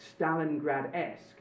Stalingrad-esque